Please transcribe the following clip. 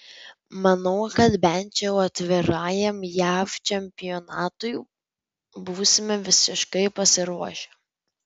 manau kad bent jau atvirajam jav čempionatui būsime visiškai pasiruošę